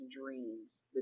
dreams